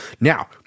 Now